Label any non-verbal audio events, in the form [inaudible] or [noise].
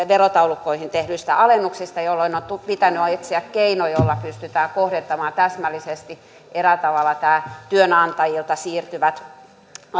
[unintelligible] verotaulukkoihin tehdyistä alennuksista jolloin on pitänyt etsiä keino jolla pystytään kohdentamaan täsmällisesti eräällä tavalla nämä työnantajilta siirtyvät